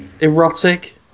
erotic